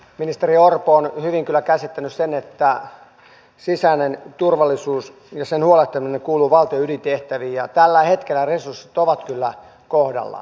ministeri orpo on hyvin kyllä käsittänyt sen että sisäinen turvallisuus ja siitä huolehtiminen kuuluu valtion ydintehtäviin ja tällä hetkellä resurssit ovat kyllä kohdallaan